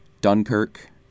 Dunkirk